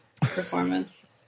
performance